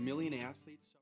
million athletes